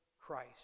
Christ